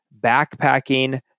backpacking